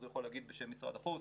הוא יכול להגיב בשם משרד החוץ,